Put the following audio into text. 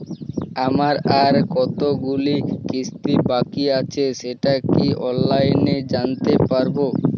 আমার আর কতগুলি কিস্তি বাকী আছে সেটা কি অনলাইনে জানতে পারব?